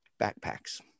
backpacks